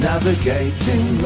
Navigating